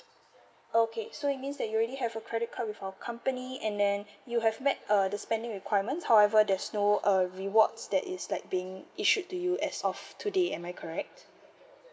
okay so it means that you already have a credit card with our company and then you have met uh the spending requirements however there's no uh rewards that is like being issued to you as of today am I correct